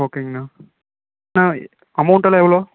ஓகேங்கண்ணா அண்ணா அமெளண்ட்டெல்லாம் எவ்வளோ